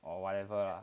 or whatever lah